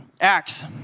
Acts